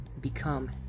become